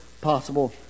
possible